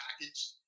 package